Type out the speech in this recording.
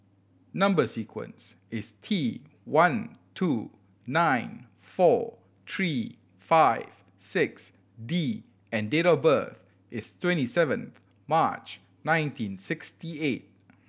number sequence is T one two nine four three five six D and date of birth is twenty seven March nineteen sixty eight